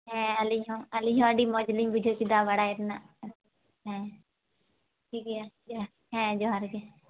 ᱦᱮᱸ ᱟᱞᱤᱧ ᱦᱚᱸ ᱟᱞᱤᱧ ᱦᱚᱸ ᱟᱹᱰᱤ ᱢᱚᱡᱽᱞᱤᱧ ᱵᱩᱡᱷᱟᱹᱣ ᱠᱮᱫᱟ ᱵᱟᱲᱟᱭ ᱨᱮᱱᱟᱜ ᱦᱮᱸ ᱴᱷᱤᱠᱜᱮᱭᱟ ᱦᱮᱸ ᱡᱚᱦᱟᱨ ᱜᱮ